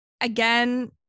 again